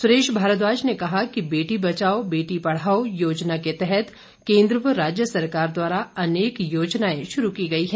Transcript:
सुरेश भारद्वाज ने कहा है कि बेटी बचाओ बेटी पढ़ाओ योजना के तहत केंद्र व राज्य सरकार द्वारा अनेक योजनाएं शुरू की गई हैं